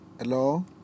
Hello